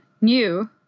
new